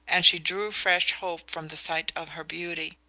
and she drew fresh hope from the sight of her beauty.